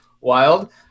wild